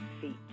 feet